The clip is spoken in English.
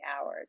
hours